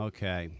Okay